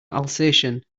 alsatian